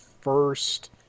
first